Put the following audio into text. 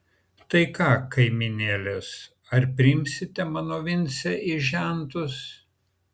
tai ką kaimynėlės ar priimsite mano vincę į žentus